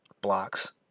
blocks